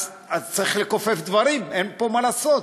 אז צריך לכופף דברים, אין פה מה לעשות.